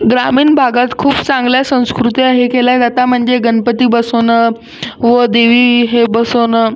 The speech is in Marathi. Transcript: ग्रामीण भागात खूप चांगल्या संस्कृत्या हे केली जाते म्हणजे गणपती बसवणं व देवी हे बसवणं